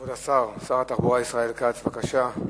כבוד השר, שר התחבורה ישראל כץ, בבקשה.